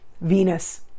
Venus